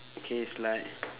okay it's like